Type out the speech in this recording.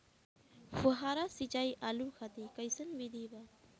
फुहारा सिंचाई आलू खातिर कइसन विधि बा?